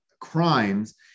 crimes